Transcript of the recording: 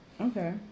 Okay